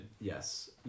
Yes